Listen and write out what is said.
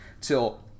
till